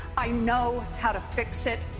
i know how to fix it.